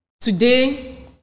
Today